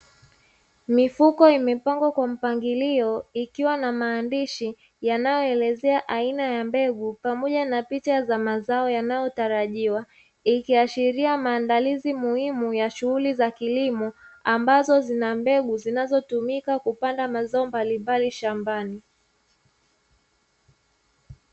Mifuko imepangwa kwa mpangilio ikiwa na maandishi yanayoelezea aina ya mbegu pamoja na picha za mazao yanayotarajiwa, ikiashiria maandalizi muhimu ya shughuli za kilimo ambazo zina mbegu zinazotumika kupanda mazao mbalimbali shambani.